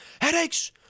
headaches